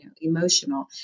emotional